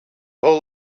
whole